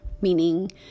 meaning